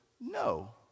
no